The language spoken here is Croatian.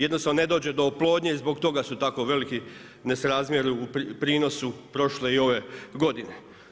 Jednostavno ne dođe do oplodnje i zbog toga su tako veliki nesrazmjeri u prinosu prošle i ove godine.